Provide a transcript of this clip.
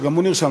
שגם הוא נרשם.